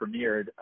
premiered